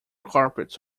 carpets